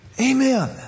Amen